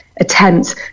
Attempts